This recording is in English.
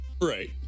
right